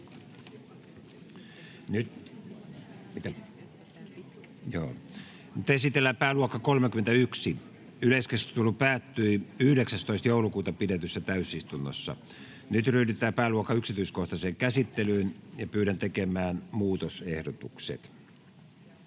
Esitellään pääluokka 26. Yleiskeskustelu päättyi 19.12.2022 pidetyssä täysistunnossa. Nyt ryhdytään pääluokan yksityiskohtaiseen käsittelyyn. Vilhelm Junnilan ehdotus